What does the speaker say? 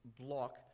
block